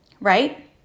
right